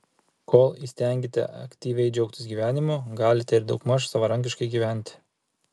kol įstengiate aktyviai džiaugtis gyvenimu galite ir daugmaž savarankiškai gyventi